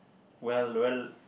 well well